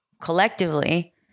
Collectively